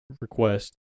request